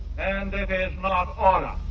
and it is not order.